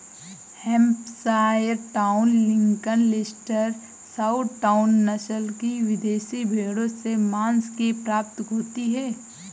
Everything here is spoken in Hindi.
Hampshire town, Lincoln, Leicester, south town, नस्ल की विदेशी भेंड़ों से माँस प्राप्ति होती है